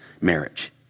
marriage